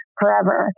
forever